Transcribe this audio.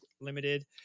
Limited